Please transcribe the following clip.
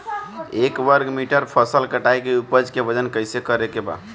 एक वर्ग मीटर फसल कटाई के उपज के वजन कैसे करे के बा?